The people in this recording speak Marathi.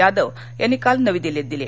यादव यांनी काल नवी दिल्लीत दिली